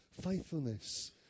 faithfulness